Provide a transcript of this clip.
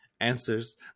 answers